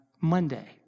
Monday